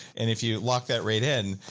and if you lock that rate in,